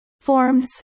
Forms